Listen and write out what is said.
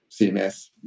CMS